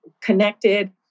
connected